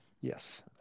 Yes